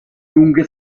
lunghe